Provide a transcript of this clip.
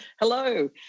hello